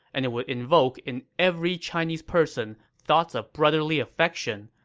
and it would invoke in every chinese person thoughts of brotherly affection,